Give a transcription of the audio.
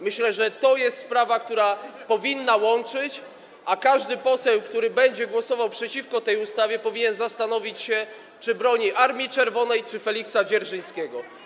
Myślę, że to jest sprawa, która powinna łączyć, a każdy poseł, który będzie głosował przeciwko tej ustawie, powinien zastanowić się, czy broni Armii Czerwonej lub Feliksa Dzierżyńskiego.